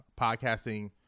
podcasting